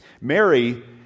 Mary